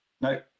no